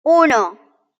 uno